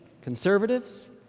Conservatives